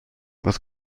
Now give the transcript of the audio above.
was